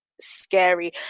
scary